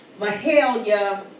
Mahalia